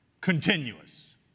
continuous